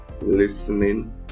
listening